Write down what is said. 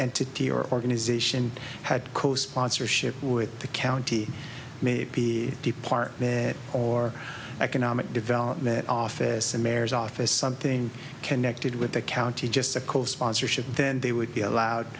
entity or organization had co sponsorship with the county maybe depart that or economic development office and mare's office something connected with the county just a co sponsorship then they would be allowed